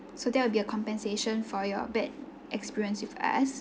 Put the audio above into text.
so that will be a compensation for your bad experience with us